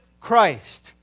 Christ